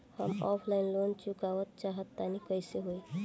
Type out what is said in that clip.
हम offline loan चुकावल चाहऽ तनि कइसे होई?